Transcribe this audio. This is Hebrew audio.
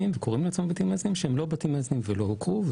וקוראים לעצמם בתים מאזנים שהם לא בתים מאזנים ולא הוכרו,